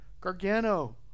Gargano